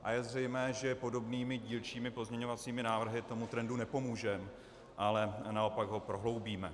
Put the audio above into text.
A je zřejmé, že podobnými dílčími pozměňovacími návrhy tomu trendu nepomůžeme, ale naopak ho prohloubíme.